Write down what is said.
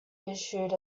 issued